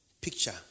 Picture